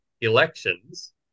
elections